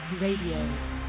Radio